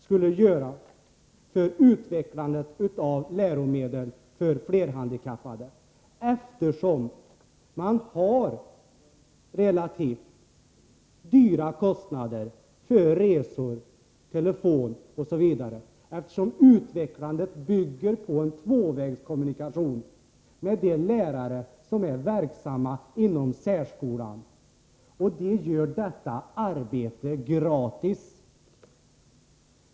skulle göra för utvecklandet av läromedel för flerhandikappade, eftersom man har relativt stora kostnader för resor, telefon osv. Utvecklandet bygger på en tvåvägskommunikation med de lärare som är verksamma inom särskolan — och de gör detta arbete gratis.